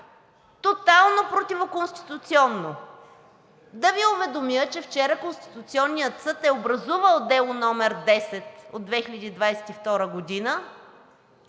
тотално противоконституционно. Да Ви уведомя, че вчера Конституционният съд е образувал Дело № 10 от 2022 г.